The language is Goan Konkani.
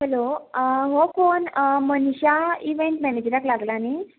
हॅलो हो फोन मनिशा इवेंट मॅनेजराक लागला न्ही